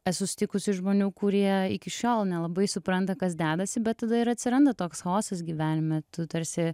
esu sutikusi žmonių kurie iki šiol nelabai supranta kas dedasi bet tada ir atsiranda toks chaosas gyvenime tu tarsi